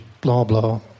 blah-blah